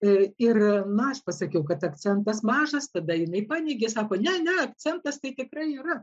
ir ir na aš pasakiau kad akcentas mažas tada jinai paneigė sako ne ne akcentas tai tikrai yra